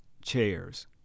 chairs